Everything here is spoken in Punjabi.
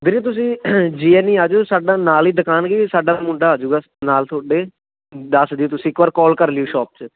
ਵੀਰੇ ਤੁਸੀਂ ਜੀ ਐਨ ਈ ਆ ਜਾਓ ਸਾਡਾ ਨਾਲ ਹੀ ਦੁਕਾਨ ਗੀ ਸਾਡਾ ਮੁੰਡਾ ਆ ਜੂਗਾ ਨਾਲ ਤੁਹਾਡੇ ਦੱਸ ਦਿਓ ਤੁਸੀਂ ਇੱਕ ਵਾਰ ਕੋਲ ਕਰ ਲਿਓ ਸ਼ੋਪ 'ਚ